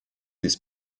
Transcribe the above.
this